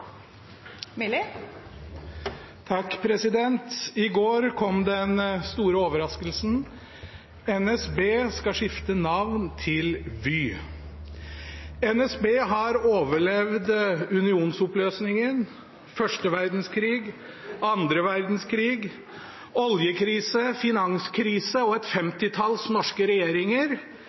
I går kom den store overraskelsen: NSB skal skifte navn til Vy. NSB har overlevd unionsoppløsningen, første verdenskrig, annen verdenskrig, oljekrise, finanskrise og et femtitalls norske regjeringer.